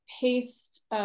paste